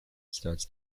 starts